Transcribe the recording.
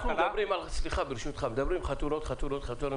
אנחנו מדברים כל הזמן על חתונות וחתונות וחתונות,